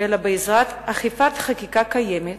אלא בעזרת אכיפת חקיקה קיימת